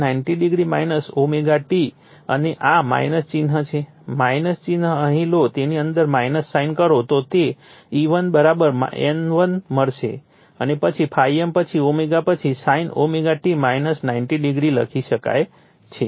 તેથી sin 90o ωt અને આ ચિહ્ન છે ચિહ્ન અહીં લો તેની અંદર સાઇન કરો તો તે E1 N1 મળશે પછી ∅m પછી ω પછી sin ωt 90o લખી શકાય છે